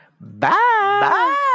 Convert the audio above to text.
Bye